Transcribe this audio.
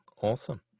Awesome